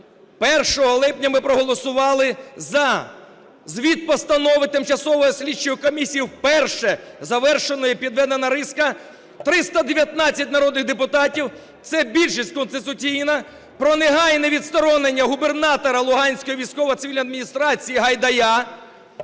1 липня ми проголосували за звіт постанови тимчасової слідчої комісії. Вперше завершена і підведена риска (319 депутатів - це більшість конституційна) про негайне відсторонення губернатора Луганської військово-цивільної адміністрації Гайдая,